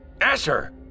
Asher